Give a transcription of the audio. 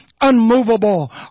unmovable